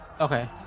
Okay